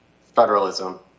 federalism